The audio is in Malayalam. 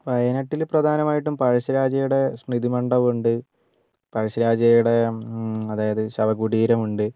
വയനാട്ടിൽ പ്രധാനമായിട്ടും പഴശ്ശിരാജയുടെ സ്മൃതിമണ്ഡപം ഉണ്ട് പഴശ്ശിരാജയുടെ അതായത് ശവകുടീരം ഇണ്ട്